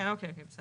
כן, אוקיי.